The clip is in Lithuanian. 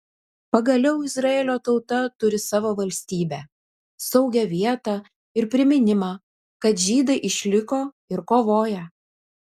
pagaliau izraelio tauta turi savo valstybę saugią vietą ir priminimą kad žydai išliko ir kovoja